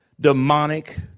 demonic